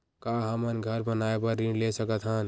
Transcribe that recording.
का हमन घर बनाए बार ऋण ले सकत हन?